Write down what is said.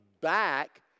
back